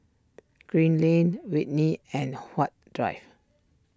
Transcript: Green Lane Whitley and Huat Drive